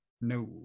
no